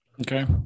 Okay